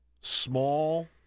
small